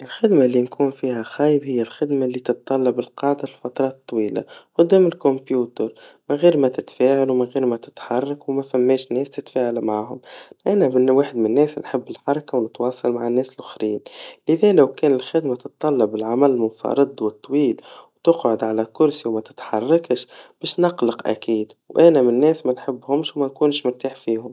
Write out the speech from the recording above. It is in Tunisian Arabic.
الخدما اللي نكون فيها خايب, هي الخدما اللي تتطلب القعدا لفترات طويلا, قدام الكمبيوتر, من غير ما تتفاعل, ومن غير ما تتحرك, وما ثماش ناس تتفاعل معاهم, أنا بني واحد من الناس نحب الحركا ونتواصل مع الناس الآخرين, لذا لو كان الخدما تتطلب العمل منفرد وطويل, وتقعد على كرسي متتحركش, باش نقلق أكيد, وأنا من الناس منحبهمش ومنكونش مرتاح فيهم.